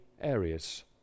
areas